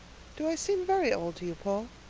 do i seem very old to you, paul?